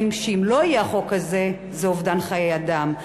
אם לא יהיה החוק הזה זה אובדן חיי אדם.